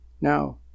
Now